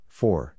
four